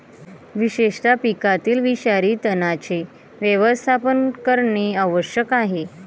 विशेषतः पिकातील विषारी तणांचे व्यवस्थापन करणे आवश्यक आहे